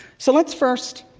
so let's first